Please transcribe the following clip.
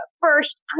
first